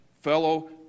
fellow